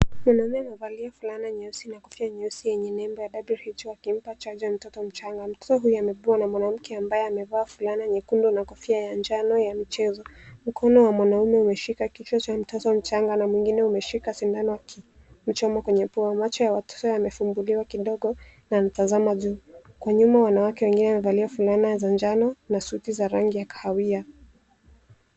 Mwanamume amevalia fulana nyeusi na kofiaa nyeusi yenye nembo ya WHO akimpa chanjo mtoto mchanga. Mtoto huyu amebebwa na mwanamke ambaye amevaa fulana nyekundu na kofia ya njano ya michezo. Mkono wa mwanamume umeshika kichwa cha mtoto mchanga na mwingine umeshika sindano akimchoma kwenye pua. Macho ya mtoto yamefunguliwa kidogo na anatazama juu. Kwa nyuma wanawake wengine wamevalia fulana za njano na suti za rangi ya kahawia.